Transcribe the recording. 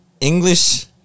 English